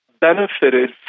benefited